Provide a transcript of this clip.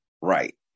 right